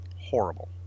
Horrible